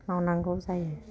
मावनांगौ जायो